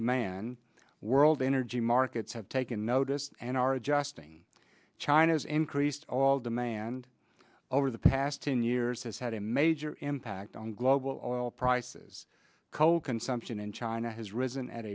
demand world energy markets have taken notice and are adjusting china's increased all demand over the past ten years has had a major impact on global oil prices coal consumption in china has risen at